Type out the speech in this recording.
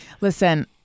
Listen